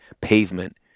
pavement